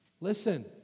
Listen